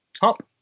top